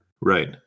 Right